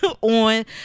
on